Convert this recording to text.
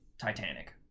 Titanic